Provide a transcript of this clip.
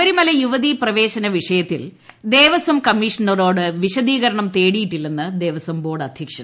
ശബരിമല യുവതീ പ്രവേശ്നു വീഷയത്തിൽ ദേവസ്വം കമ്മീഷണറോട് വിശദീക്രണം് തേടിയിട്ടില്ലെന്ന് ദേവസ്വം ബോർഡ് അധ്യക്ഷൻ